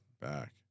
back